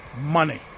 money